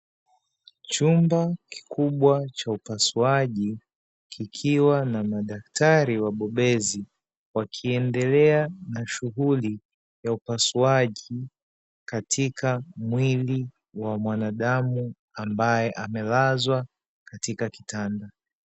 Chumba kikubwa cha upasuaji, kikiwa na madaktari wabobezi, wakiendelea na shughuli ya upasuaji katika mwili wa mwanadamu ambae amelazwa katika kitanda.